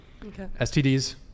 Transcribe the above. STDs